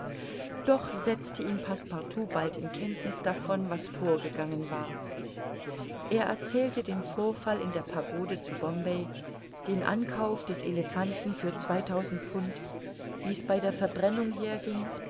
doch setzte ihn passepartout bald in kenntniß davon was vorgegangen war er erzählte den vorfall in der pagode zu bombay den ankauf des elephanten für zweitausend pfund wie's bei der verbrennung herging